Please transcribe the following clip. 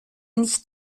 nicht